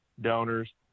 donors